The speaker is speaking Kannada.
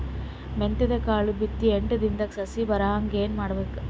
ಮೆಂತ್ಯದ ಕಾಳು ಬಿತ್ತಿ ಎಂಟು ದಿನದಾಗ ಸಸಿ ಬರಹಂಗ ಏನ ಮಾಡಬೇಕು?